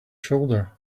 shoulder